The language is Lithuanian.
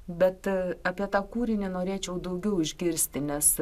bet apie tą kūrinį norėčiau daugiau išgirsti nes